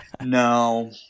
No